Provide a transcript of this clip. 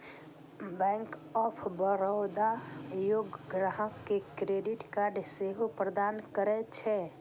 bank of Baroda योग्य ग्राहक कें क्रेडिट कार्ड सेहो प्रदान करै छै